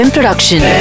Production